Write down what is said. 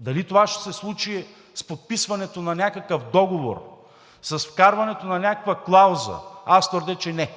Дали това ще се случи с подписването на някакъв договор, с вкарването на някаква клауза, аз твърдя, че не.